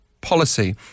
Policy